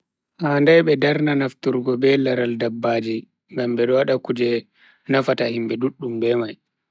Handai be darna nafturgo be laral dabbaji, ngam bedo wada kuje nafata himbe duddum be mai.